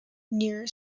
near